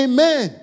Amen